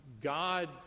God